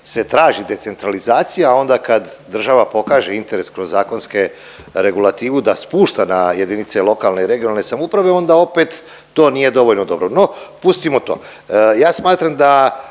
se traži decentralizacija, a onda kad država pokaže interes kroz zakonske regulativu da spušta na jedinice lokalne i regionalne samouprave onda opet to nije dovoljno dobro. No, pustimo to. Ja smatram da